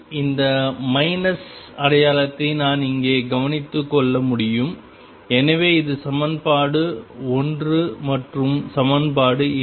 இந்த மைனஸ் அடையாளத்தை நான் இங்கே கவனித்துக் கொள்ள முடியும் எனவே இது சமன்பாடு 1 மற்றும் சமன்பாடு 2